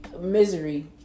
misery